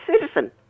citizen